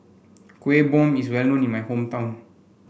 Kuih Bom is well known in my hometown